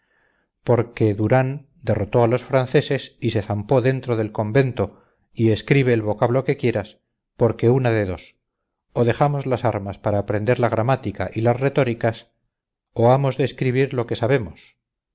que durán derrotó a los franceses y se zampó dentro del convento y escribe el vocablo que quieras porque una de dos o dejamos las armas para aprender la gramática y las retóricas o hamos de escribir lo que sabemos